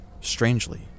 Strangely